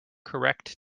correct